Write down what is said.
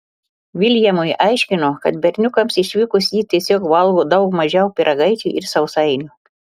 viljamui aiškino kad berniukams išvykus ji tiesiog valgo daug mažiau pyragaičių ir sausainių